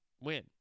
win